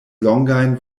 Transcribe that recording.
longajn